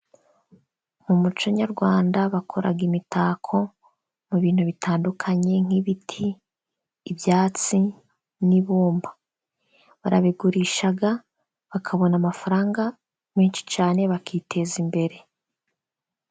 Mu muco nyarwanda bakoraga imitako mu bintu bitandukanye nk'ibiti ibyatsi n'ibumba barabigurisha bakabona amafaranga menshi cyane bakiteza imbere.